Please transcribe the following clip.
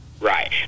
Right